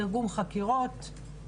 תרגום חקירות,